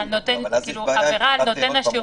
ו-20.